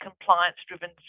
compliance-driven